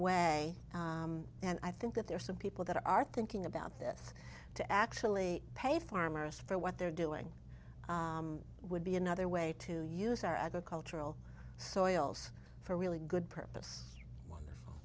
way and i think that there are some people that are thinking about this to actually pay farmers for what they're doing it would be another way to use our agricultural soils for really good purpose some wonderful